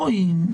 רואים,